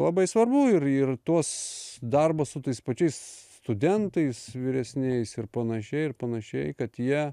labai svarbu ir ir tuos darbus su tais pačiais studentais vyresniais ir panašiai ir panašiai kad jie